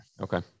Okay